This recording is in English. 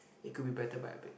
it could be better by a bit